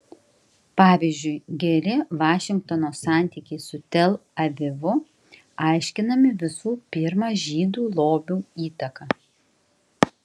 pavyzdžiui geri vašingtono santykiai su tel avivu aiškinami visų pirma žydų lobių įtaka